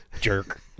jerk